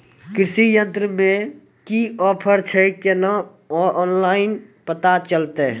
कृषि यंत्र मे की ऑफर छै केना ऑनलाइन पता चलतै?